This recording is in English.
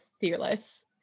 Fearless